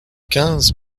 quinze